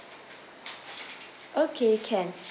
okay can